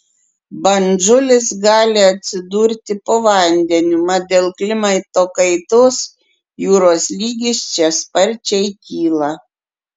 bandžulis gali atsidurti po vandeniu mat dėl klimato kaitos jūros lygis čia sparčiai kyla